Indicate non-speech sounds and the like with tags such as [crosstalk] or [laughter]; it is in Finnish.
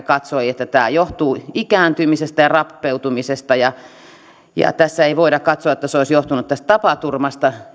[unintelligible] katsoi että tämä johtuu ikääntymisestä ja rappeutumisesta ja ja tässä ei voida katsoa että se pitkittynyt sairastuminen olisi johtunut tästä tapaturmasta